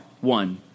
one